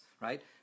right